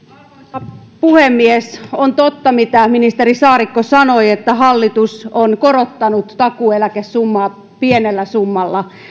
arvoisa puhemies on totta mitä ministeri saarikko sanoi että hallitus on korottanut takuueläkettä pienellä summalla